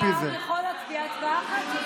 אבל כל אחד יכול להצביע הצבעה אחת.